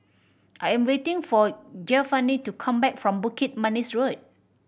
I am waiting for Giovanni to come back from Bukit Manis Road